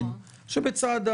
בוודאי.